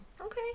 Okay